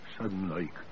sudden-like